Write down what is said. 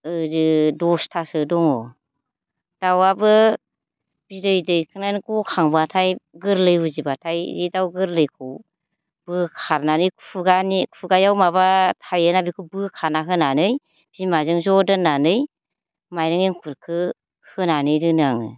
ओ दसथासो दङ दाउआबो बिदै दैखांनानै गखांब्लाथाय गोरलै उजिब्लाथाय बे दाउ गोरलैखौ बोखारनानै खुगानि खुगायाव माबा थायोना बेखौ बोखाना होनानै बिमाजों ज' दोननानै माइरं एंखुरखो होनानै दोनो आङो